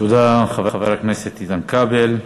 תודה, חבר הכנסת איתן כבל.